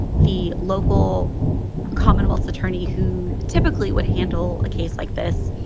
the local commonwealth's attorney who typically would handle a case like this,